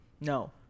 No